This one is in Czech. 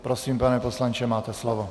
Prosím, pane poslanče, máte slovo.